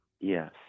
Yes